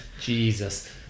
Jesus